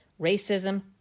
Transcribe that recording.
racism